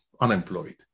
unemployed